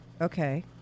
Okay